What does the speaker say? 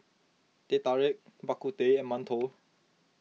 Teh Tarik Bak Kut Teh and Mantou